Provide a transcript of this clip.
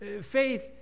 Faith